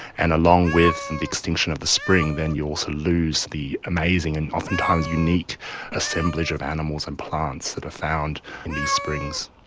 and along with and the extinction of the spring then you also lose the amazing and oftentimes unique assemblage of animals and plants that are found in these springs.